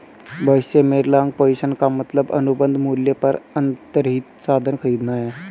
भविष्य में long position का मतलब अनुबंध मूल्य पर अंतर्निहित साधन खरीदना है